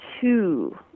two